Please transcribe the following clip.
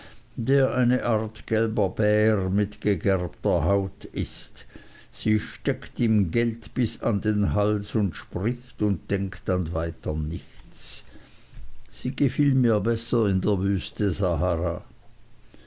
der eine art gelber bär mit gegerbter haut ist sie steckt im geld bis an den hals und spricht und denkt an weiter nichts sie gefiel mir besser in der wüste sahara